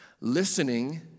Listening